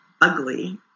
ugly